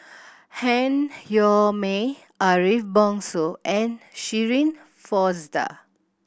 Han Yong May Ariff Bongso and Shirin Fozdar